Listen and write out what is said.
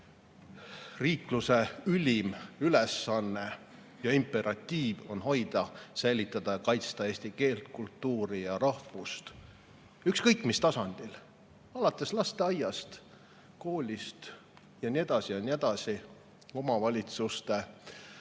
riikluse ülim ülesanne ja imperatiiv on hoida, säilitada ja kaitsta eesti keelt, kultuuri ja rahvust – ükskõik mis tasandil, alates lasteaiast, koolist ja nii edasi ja nii edasi omavalitsuste,